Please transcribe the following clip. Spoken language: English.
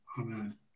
Amen